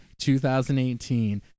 2018